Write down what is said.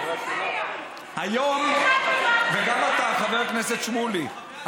היום, וגם אתה, חבר הכנסת שמולי.